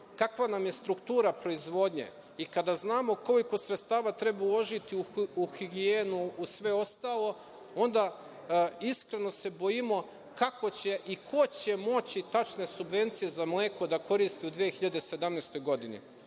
kakva nam je struktura proizvodnje i kada znamo koliko sredstava treba uložiti u higijenu u sve ostalo, onda iskreno se bojimo kako će i ko će moći tačne subvencije za mleko da koristi u 2017. godini. Ono